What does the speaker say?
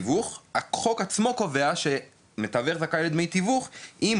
החוק עצמו קובע שמתווך זכאי לדמי תיווך רק